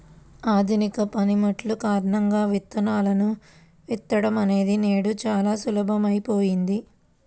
ఆధునిక పనిముట్లు కారణంగా విత్తనాలను విత్తడం అనేది నేడు చాలా సులభమైపోయింది